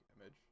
image